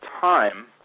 time